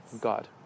God